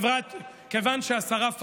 כיוון שהשרה פרקש,